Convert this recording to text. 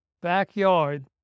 backyard